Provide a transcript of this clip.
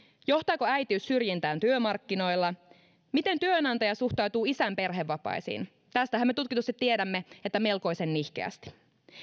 johtaako äitiys syrjintään työmarkkinoilla miten työnantaja suhtautuu isän perhevapaisiin tästähän me tutkitusti tiedämme että melkoisen nihkeästi